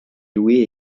louaient